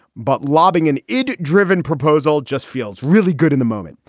but lobbing an id driven proposal just feels really good in the moment.